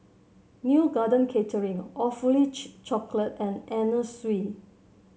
Neo Garden Catering Awfully Chocolate and Anna Sui